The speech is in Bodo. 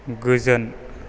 गोजोन